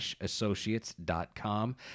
associates.com